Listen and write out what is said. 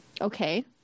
Okay